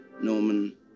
Norman